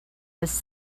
was